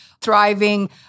thriving